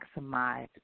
maximize